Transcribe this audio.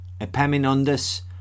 Epaminondas